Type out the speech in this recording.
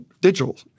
digital